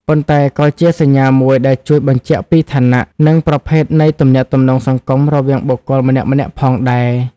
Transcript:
ប៉ុន្តែក៏ជាសញ្ញាមួយដែលជួយបញ្ជាក់ពីឋានៈ និងប្រភេទនៃទំនាក់ទំនងសង្គមរវាងបុគ្គលម្នាក់ៗផងដែរ។